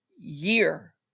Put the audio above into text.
year